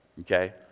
Okay